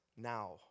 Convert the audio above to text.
now